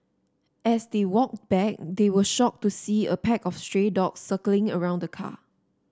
as they walked back they were shocked to see a pack of stray dogs circling around the car